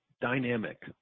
dynamic